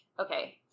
okay